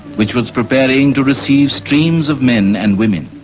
which was preparing to receive streams of men and women.